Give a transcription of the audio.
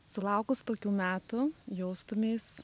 sulaukus tokių metų jaustumeis